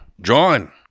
John